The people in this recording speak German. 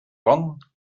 gong